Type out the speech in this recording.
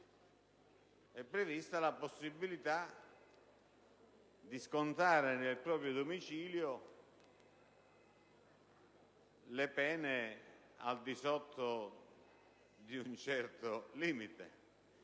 è prevista la possibilità di scontare nel proprio domicilio le pene al di sotto di un certo limite.